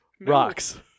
Rocks